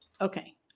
Okay